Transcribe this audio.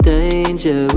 danger